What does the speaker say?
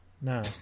no